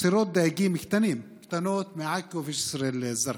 סירות דייגים קטנות מעכו ומג'יסר א-זרקא.